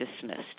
dismissed